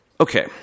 Okay